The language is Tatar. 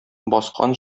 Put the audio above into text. баскан